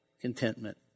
contentment